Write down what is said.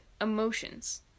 emotions